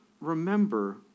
remember